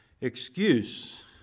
excuse